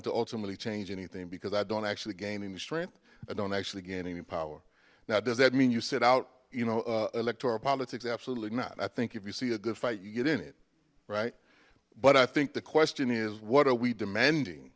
ultimately change anything because i don't actually gain any strength i don't actually gain any power now does that mean you sit out you know electoral politics absolutely not i think if you see a good fight you get in it right but i think the question is what are we demanding